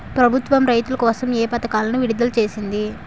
ప్రభుత్వం రైతుల కోసం ఏ పథకాలను విడుదల చేసింది?